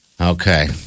Okay